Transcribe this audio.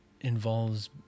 involves